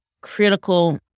critical